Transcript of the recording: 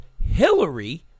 Hillary